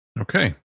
Okay